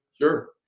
Sure